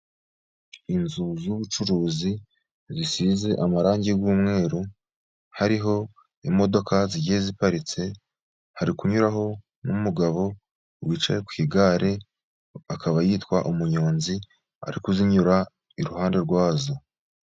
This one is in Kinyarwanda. Inzu z'ubucuruzi zisize amarangi y'umweru, hariho imodoka zigiye ziparitse, hari kunyuraho n'umugabo wicaye ku igare akaba yitwa umunyonzi, ari kuzinyura iruhande rwazo.